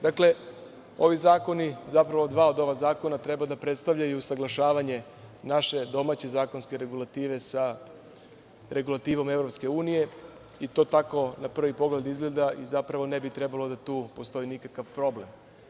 Dakle, ovi zakoni, zapravo dva od ovih zakona, treba da predstavljaju usaglašavanje naše domaće zakonske regulative sa regulativom EU i to tako na prvi pogled izgleda i zapravo ne bi trebalo da tu postoji nikakav problem.